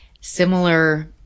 similar